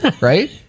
right